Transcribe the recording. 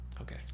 okay